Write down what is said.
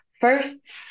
First